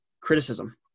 criticism